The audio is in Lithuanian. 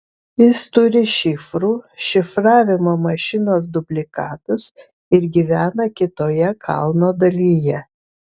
jis turi šifrų šifravimo mašinos dublikatus ir gyvena kitoje kalno dalyje